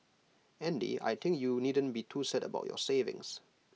Andy I think you needn't be too sad about your savings